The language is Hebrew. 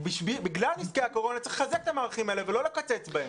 בגלל נזקי הקורונה צריך לחזק את המערכים האלה ולא לקצץ בהם.